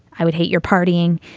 i would hate your partying.